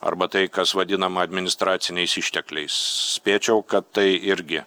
arba tai kas vadinama administraciniais ištekliais spėčiau kad tai irgi